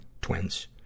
twins